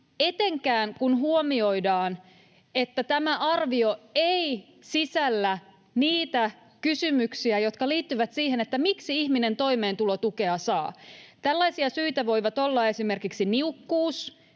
etenkään kun huomioidaan, että tämä arvio ei sisällä niitä kysymyksiä, jotka liittyvät siihen, miksi ihminen toimeentulotukea saa. Tällaisia syitä voivat olla esimerkiksi niukkuus,